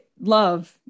love